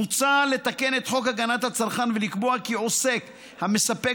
מוצע לתקן את חוק הגנת הצרכן ולקבוע כי עוסק המספק